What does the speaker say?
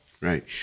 Right